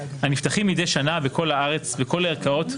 הנפתחים מידי שנה בכל הארץ בכל הערכאות,